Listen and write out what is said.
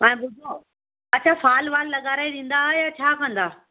ऐं ॿुधो अच्छा फॉल वॉल लगाराइ ॾींदा या छा कंदा